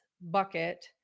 bucket